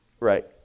Right